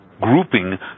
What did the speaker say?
grouping